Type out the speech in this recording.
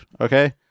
okay